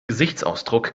gesichtsausdruck